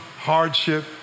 hardship